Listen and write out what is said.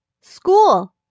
School